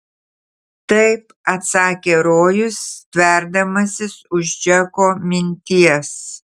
taip atsakė rojus stverdamasis už džeko minties